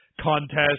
contest